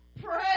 Pray